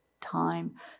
time